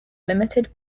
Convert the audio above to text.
limited